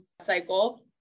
cycle